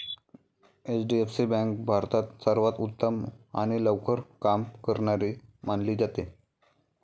HDFC bank भारतात सर्वांत उत्तम आणि लवकर काम करणारी मानली जाते